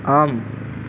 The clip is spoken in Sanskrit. आम्